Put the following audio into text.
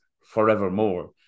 forevermore